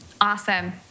Awesome